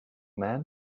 man